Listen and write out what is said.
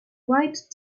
white